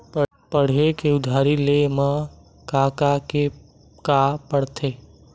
पढ़े बर उधारी ले मा का का के का पढ़ते?